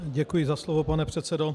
Děkuji za slovo, pane předsedo.